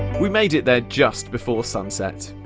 we made it there just before sunset.